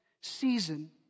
season